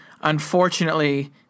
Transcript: unfortunately